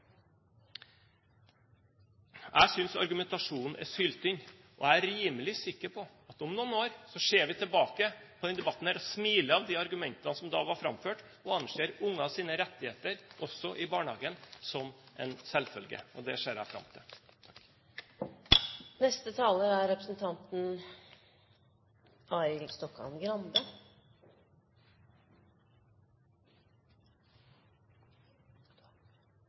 Jeg synes argumentasjonen er syltynn. Jeg er rimelig sikker på at om noen år ser vi tilbake på denne debatten og smiler av de argumentene som da ble framført, og anser ungers rettigheter også i barnehagen som en selvfølge. Det ser jeg fram til.